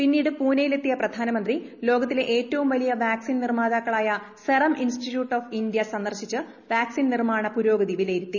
പിന്നീട് പുണെയിലെത്തിയ പ്രധാനമന്ത്രി ലോകത്തിലെ ഏറ്റവും വലിയ വാക്സിൻ നിർമ്മാതാക്കളായ സെറം ഇൻസ്റ്റിറ്റ്യൂട്ട് ഓഫ് ഇന്ത്യ സന്ദർശിച്ച് വാക്സിൻ നിർമാണ പുരോഗതി വിലയിരുത്തി